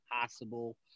possible